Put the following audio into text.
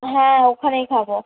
হ্যাঁ ওখানেই খাবো